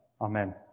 Amen